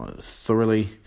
thoroughly